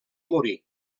morir